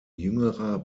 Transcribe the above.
jüngerer